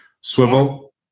Swivel